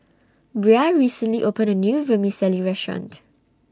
Bria recently opened A New Vermicelli Restaurant